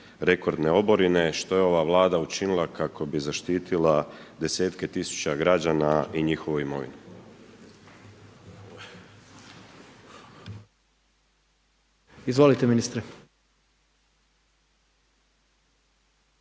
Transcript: rekordne oborine što je ova Vlada učinila kako bi zaštitila desetke tisuće građana i njihovu imovinu?